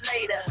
later